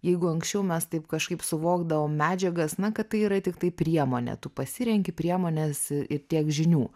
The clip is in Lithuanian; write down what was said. jeigu anksčiau mes taip kažkaip suvokdavom medžiagas na kad tai yra tiktai priemonė tu pasirenki priemones ir tiek žinių